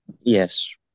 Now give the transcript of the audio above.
Yes